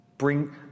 Bring